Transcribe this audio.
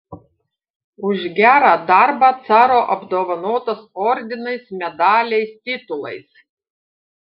už gerą darbą caro apdovanotas ordinais medaliais titulais